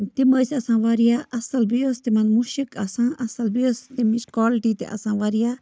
تِم ٲسۍ آسان واریاہ اَصٕل بیٚیہِ ٲس تِمَن مُشک آسان اَصٕل بیٚیہِ ٲس تمِچ کالٹی تہِ آسان واریاہ